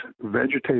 vegetation